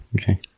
Okay